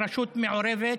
מעורבת,